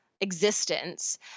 existence